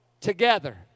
together